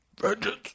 Vengeance